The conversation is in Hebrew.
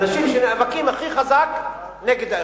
נאבקים הכי חזק נגד האיחוד.